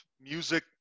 music